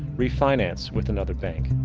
refinance with another bank.